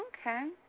Okay